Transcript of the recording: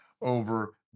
over